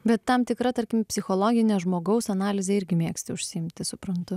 bet tam tikra tarkim psichologine žmogaus analize irgi mėgsti užsiimti suprantu